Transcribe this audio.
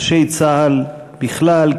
אנשי צה"ל בכלל,